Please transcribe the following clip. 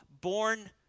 born